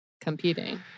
competing